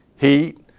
heat